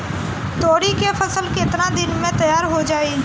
तोरी के फसल केतना दिन में तैयार हो जाई?